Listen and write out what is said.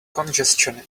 congestion